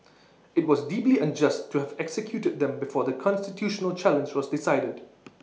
IT was deeply unjust to have executed them before the constitutional challenge was decided